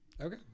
Okay